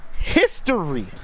history